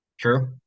True